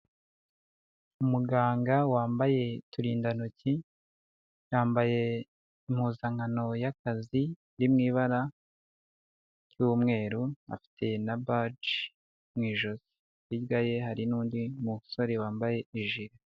Umuganga wambaye uturindantoki, yambaye impuzankano y'akazi iri mu ibara ry'umweru afite na baje mu ijosi, hirya ye hari n'undi musore wambaye ijire.